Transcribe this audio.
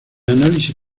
análisis